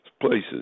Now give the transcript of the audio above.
places